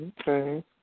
Okay